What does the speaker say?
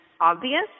obvious